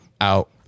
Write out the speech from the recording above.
out